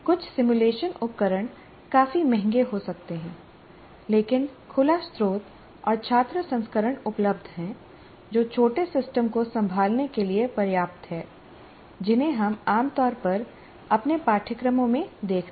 कुछ सिमुलेशन उपकरण काफी महंगे हो सकते हैं लेकिन खुला स्त्रोत और छात्र संस्करण उपलब्ध हैं जो छोटे सिस्टम को संभालने के लिए पर्याप्त हैं जिन्हें हम आमतौर पर अपने पाठ्यक्रमों में देखते हैं